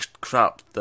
crap